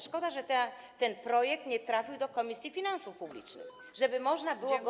Szkoda, że ten projekt nie trafił do Komisji Finansów Publicznych, żeby można było go.